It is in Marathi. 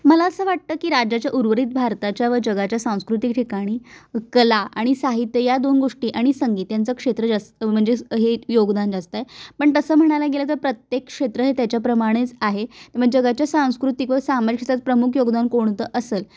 मला असं वाटतं की राज्याच्या उर्वरित भारताच्या व जगाच्या सांस्कृतिक ठिकाणी कला आणि साहित्य या दोन गोष्टी आणि संगीत यांचं क्षेत्र जास्त म्हणजे हे योगदान जास्त आहे पण तसं म्हणायला गेलं तर प्रत्येक क्षेत्र हे त्याच्याप्रमाणेच आहे मग जगाच्या सांस्कृतिक व सामाजिक क्षेत्रात प्रमुख योगदान कोणतं असेल